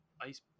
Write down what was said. ice